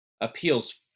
appeals